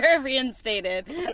reinstated